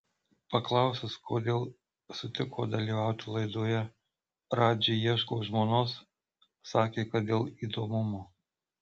paklausus kodėl sutiko dalyvauti laidoje radži ieško žmonos sakė kad dėl įdomumo